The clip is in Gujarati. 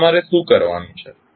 હવે તમારે શું કરવાનું છે